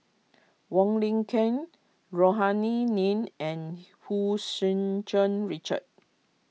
Wong Lin Ken Rohani Din and Hu Tsu Tau Richard